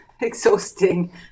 Exhausting